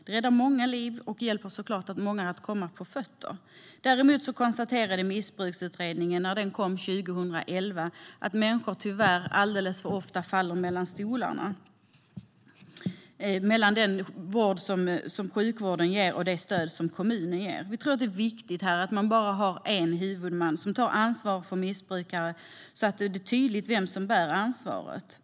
De räddar många liv och hjälper många att komma på fötter. Dock konstaterade Missbruksutredningen 2011 att människor tyvärr alldeles för ofta faller mellan stolarna, det vill säga mellan den vård som sjukvården ger och det stöd som kommunen ger. Vi tror att det är viktigt att man bara har en huvudman som tar ansvaret för missbrukare så att det blir tydligt vem som bär ansvaret.